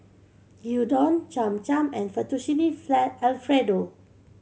Gyudon Cham Cham and Fettuccine Alfredo